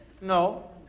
No